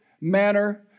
manner